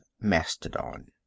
Mastodon